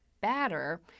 batter